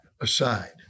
aside